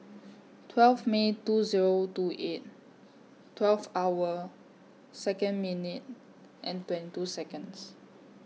twelve May two Zero two eight twelve hour Second minute and twenty two Seconds